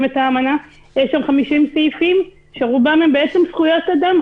את האמנה יש שם 50 סעיפים שרובם עדיין זכויות אדם,